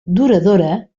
duradora